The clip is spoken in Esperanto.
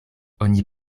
oni